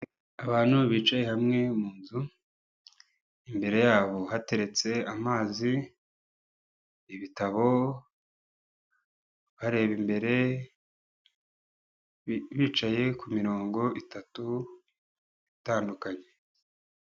Abantu bicaye hamwe mu nzu, imbere yabo hateretse amazi, ibitabo, bareba imbere, bicaye ku mirongo itatu itandukanye.